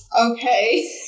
Okay